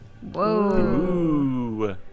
Whoa